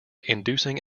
inducing